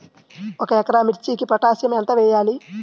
ఒక ఎకరా మిర్చీకి పొటాషియం ఎంత వెయ్యాలి?